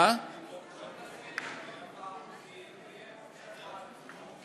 בוא תנסה לשנות את החוקים ותן חופש הצבעה.